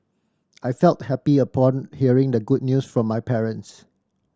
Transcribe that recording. I felt happy upon hearing the good news from my parents